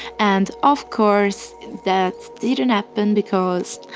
and of course that didn't happen because,